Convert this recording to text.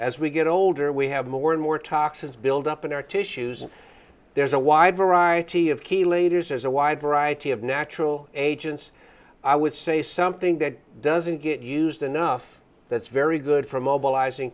as we get older we have more and more toxins build up an artist shoes and there's a wide variety of key leaders as a wide variety of natural agents i would say something that doesn't get used enough that's very good for mobiliz